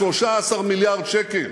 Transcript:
13 מיליארד שקל.